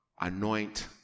anoint